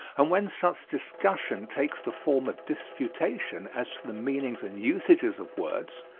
and when such discussion takes the form of disputation as to the meanings and usages of words,